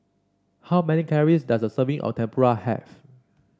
how many calories does a serving of Tempura have